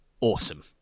awesome